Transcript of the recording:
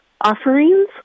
offerings